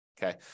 Okay